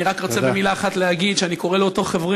אני רק רוצה להגיד במילה אחת שאני קורא לאותם חברים